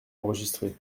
enregistrer